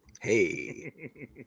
Hey